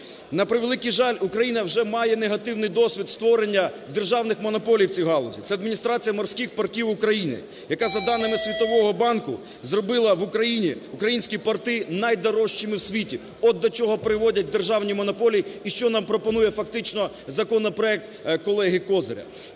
На превеликий жаль, Україна вже має негативний досвід створення державних монополій у цій галузі – це Адміністрація морських портів України, яка за даними Світового банку зробила в Україні українські порти найдорожчими у світі. От до чого приводять державні монополії і що нам пропонує фактично законопроект колеги Козиря.